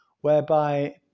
whereby